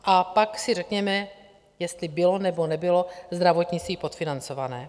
A pak si řekněme, jestli bylo, nebo nebylo zdravotnictví podfinancované.